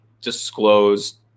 disclosed